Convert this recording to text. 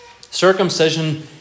Circumcision